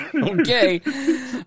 okay